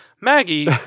Maggie